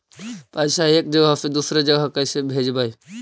पैसा एक जगह से दुसरे जगह कैसे भेजवय?